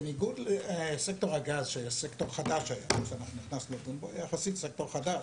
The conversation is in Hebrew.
בניגוד לסקטור הגז שהיה יחסית סקטור חדש